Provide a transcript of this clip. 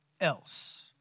else